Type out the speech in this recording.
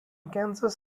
kansas